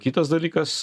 kitas dalykas